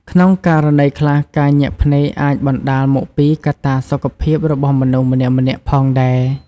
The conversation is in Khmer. ក្នុងករណីខ្លះ ការញាក់ភ្នែកអាចបណ្ដាលមកពីកត្តាសុខភាពរបស់មនុស្សម្នាក់ៗផងដែរ។